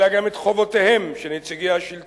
אלא גם את חובותיהם של נציגי השלטון,